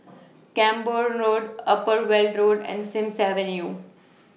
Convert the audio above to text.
Camborne Road Upper Weld Road and Sims Avenue